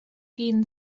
hun